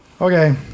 Okay